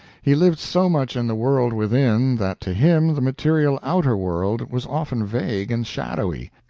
he lived so much in the world within that to him the material outer world was often vague and shadowy.